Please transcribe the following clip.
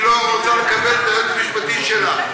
לא רוצה לקבל את הייעוץ המשפטי שלה.